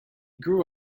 grew